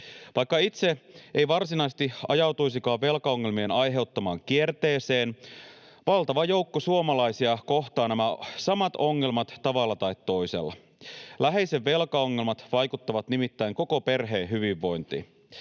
Vaikka itse ei varsinaisesti ajautuisikaan velkaongelmien aiheuttamaan kierteeseen, valtava joukko suomalaisia kohtaa nämä samat ongelmat tavalla tai toisella. Läheisen velkaongelmat vaikuttavat nimittäin koko perheen hyvinvointiin.